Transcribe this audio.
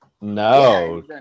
No